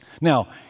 Now